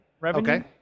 revenue